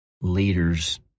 leaders